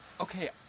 Okay